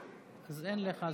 אז אין לך זכות.